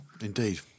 Indeed